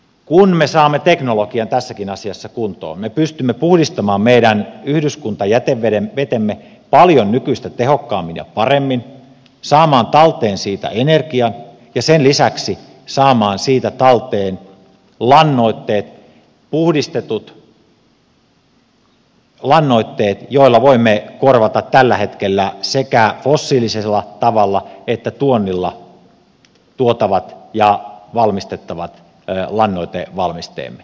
kun me saamme teknologian tässäkin asiassa kuntoon me pystymme puhdistamaan meidän yhdyskuntajätevetemme paljon nykyistä tehokkaammin ja paremmin saamaan talteen siitä energian ja sen lisäksi saamaan siitä talteen puhdistetut lannoitteet joilla voimme korvata tällä hetkellä sekä fossiilisella tavalla että tuonnilla tuotavat ja valmistettavat lannoitevalmisteemme